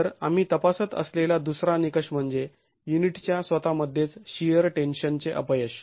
तर आम्ही तपासत असलेला दुसरा निकष म्हणजे युनिटच्या स्वतःमध्येच शिअर टेन्शन चे अपयश